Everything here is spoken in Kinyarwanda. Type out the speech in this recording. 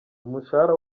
umushahara